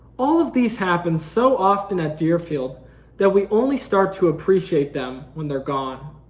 all of these happen so often at deerfield that we only start to appreciate them when they're gone.